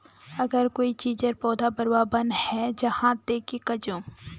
अगर कोई चीजेर पौधा बढ़वार बन है जहा ते की करूम?